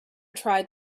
tried